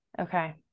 Okay